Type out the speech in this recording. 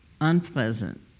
unpleasant